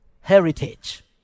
heritage